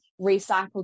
recycled